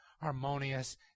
harmonious